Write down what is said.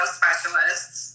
specialists